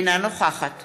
אינה נוכחת